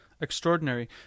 Extraordinary